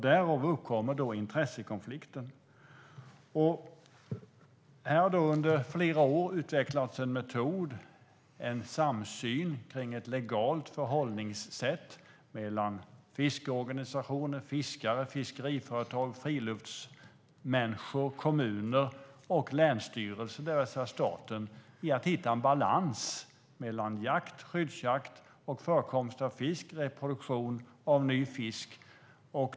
Därav uppkommer intressekonflikten. Det har under flera år utvecklats en metod och en samsyn kring ett legalt förhållningssätt mellan fiskeorganisationer, fiskare, fiskeriföretag, friluftsmänniskor, kommuner och länsstyrelser, det vill säga staten, i att hitta en balans mellan jakt och skyddsjakt, och förekomst av fisk och reproduktion av ny fisk.